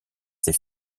ses